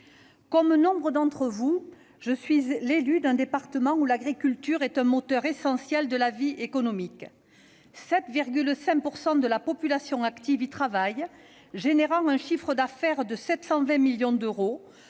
comme nombre d'entre nous, je suis élue d'un département où l'agriculture est un moteur essentiel de la vie économique : 7,5 % de la population active travaille dans ce secteur, générant un chiffre d'affaires de 720 millions d'euros,